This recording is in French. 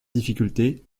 difficulté